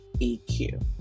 EQ